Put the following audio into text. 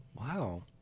Wow